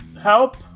help